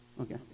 Okay